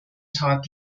tag